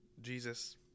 Jesus